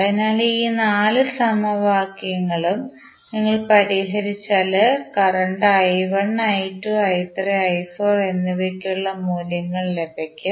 അതിനാൽ ഈ നാല് സമവാക്യങ്ങളും നിങ്ങൾ പരിഹരിച്ചാൽ കറന്റ് എന്നിവയ്ക്കുള്ള മൂല്യങ്ങൾ ലഭിക്കും